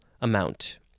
amount